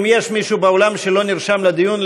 אם יש מישהו באולם שלא נרשם לדיון,